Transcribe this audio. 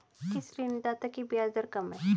किस ऋणदाता की ब्याज दर कम है?